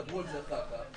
דברו על זה אחר כך.